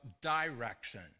direction